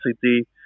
city